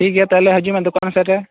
ᱴᱷᱤᱠ ᱜᱮᱭᱟ ᱛᱟᱦᱚᱞᱮ ᱦᱟᱡᱩᱜ ᱢᱮ ᱫᱚᱠᱟᱱ ᱥᱮᱫ ᱨᱮ